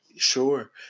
Sure